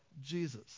Jesus